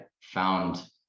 found